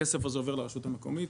הכסף הזה עובר לרשות המקומית,